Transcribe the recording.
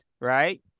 right